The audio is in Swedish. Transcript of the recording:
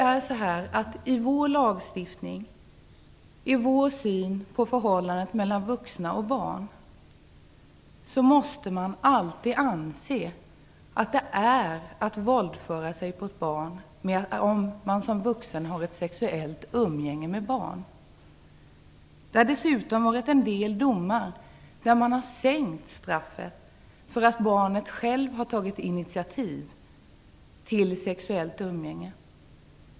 I vår lagstiftning och i vår syn på förhållandet mellan vuxna och barn måste man alltid anse att en vuxens sexuella umgänge med barn är detsamma som våldförande på barn. Man har dessutom i en del domar sänkt straffet därför att barnet självt har tagit initiativ till sexuellt umgänge.